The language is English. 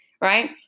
right